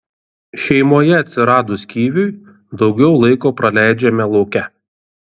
šeimoje atsiradus kiviui daugiau laiko praleidžiame lauke